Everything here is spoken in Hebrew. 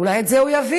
אולי את זה הוא יבין.